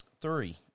Three